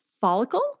follicle